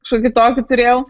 kažkokį tokį turėjau